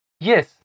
Yes